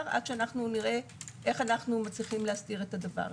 עד שנראה איך אנו מצליחים להסדיר את זה.